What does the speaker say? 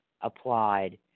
applied